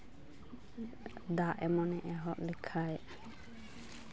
ᱫᱟᱜ ᱮᱢᱚᱱᱮ ᱮᱦᱚᱵ ᱞᱮᱠᱷᱟᱡ